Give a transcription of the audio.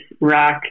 rock